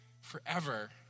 forever